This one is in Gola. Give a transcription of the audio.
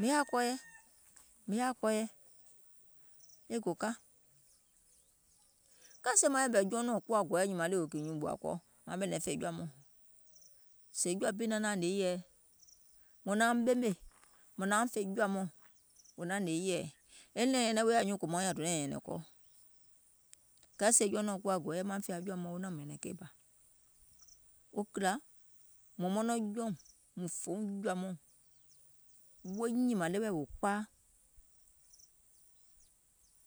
mìŋ yaȧa kɔɔyɛ, mìŋ yaȧa kɔɔyɛ, e gò ka, kɛɛ sèè maŋ yɛ̀mɛ̀ jɔɔnɔ̀ɔŋ kuwa gɔ̀ɔ̀yɛ wò nyìmȧŋ ɗèwè kìì nyuùŋ gbòȧ kɔɔ mȧuŋ ɓɛ̀nɛ̀ŋ fè jɔ̀ȧ mɔɔ̀ŋ, sèè jɔ̀ȧ bi naŋ naȧŋ hnè yɛ̀ɛɛ mùŋ nauŋ ɓemè mùŋ nauŋ fè jɔ̀ȧ mɔɔ̀ŋ wò naŋ hnè yɛ̀ɛɛ, e nɛ̀ɛŋ nyɛnɛŋ wèè nyuùŋ kòmauŋ nyȧaŋ donȧìŋ nyɛ̀nɛ̀ŋ kɔɔ, kɛɛ sèè jɔunɔ̀ɔŋ kuwȧ gɔ̀ɔ̀yɛ mauŋ fè jɔ̀ȧ mɔɔ̀ŋ wo naȧum nyɛ̀nɛ̀ŋ keì bȧ, o kìlȧ mùŋ mɔnɔŋ jɔùŋ mùŋ fòoùŋ wo jɔ̀ȧ mɔɔ̀ŋ wo nyìmȧŋ ɗeweɛ̀ wò kpaa, wò